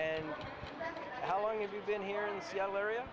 and how long have you been here in seattle area